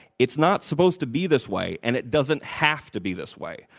it's not supposed to be this way, and it doesn't have to be this way.